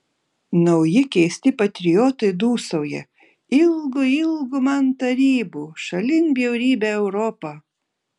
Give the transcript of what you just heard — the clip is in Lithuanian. nauji keisti patriotai dūsauja ilgu ilgu man tarybų šalin bjaurybę europą